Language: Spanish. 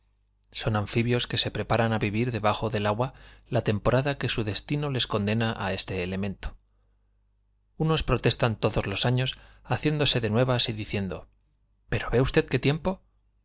son anfibios que se preparan a vivir debajo del agua la temporada que su destino les condena a este elemento unos protestan todos los años haciéndose de nuevas y diciendo pero ve usted qué tiempo